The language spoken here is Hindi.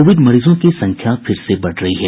कोविड मरीजों की संख्या फिर से बढ़ रही है